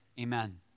amen